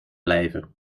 blijven